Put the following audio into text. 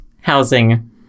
housing